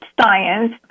science